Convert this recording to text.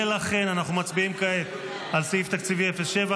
ולכן אנחנו מצביעים כעת על סעיף תקציבי 07,